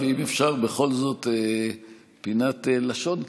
ואם אפשר בכל זאת פינת לשון קטנה: